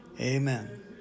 Amen